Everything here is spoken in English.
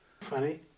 Funny